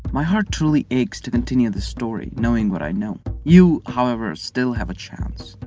my heart truly aches to continue this story knowing what i know. you, however, still have a chance.